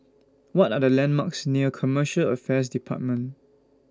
What Are The landmarks near Commercial Affairs department